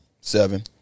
seven